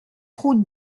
route